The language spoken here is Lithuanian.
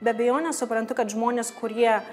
be abejonės suprantu kad žmonės kurie